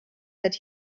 that